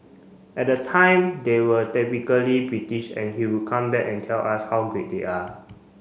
at that time they were typically British and he would come back and tell us how great they are